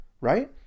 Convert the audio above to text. right